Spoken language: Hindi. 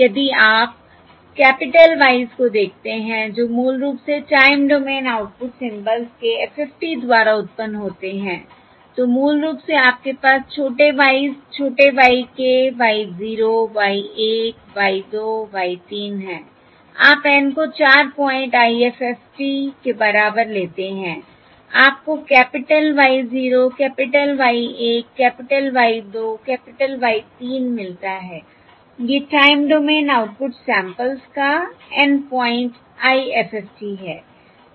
यदि आप कैपिटल Ys को देखते हैं जो मूल रूप से टाइम डोमेन आउटपुट सिंबल्स के FFT द्वारा उत्पन्न होते हैं तो मूल रूप से आपके पास छोटे y s छोटे y k y 0 y 1 y 2 y 3 हैं आप N को 4 पॉइंट IFFT के बराबर लेते हैं आप को capital Y 0 capital Y 1 capital Y 2 capital Y 3 मिलता है ये टाइम डोमेन आउटपुट सैंपल्स का N पॉइंट IFFT है